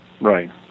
Right